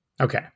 Okay